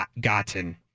gotten